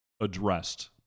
addressed